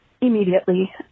immediately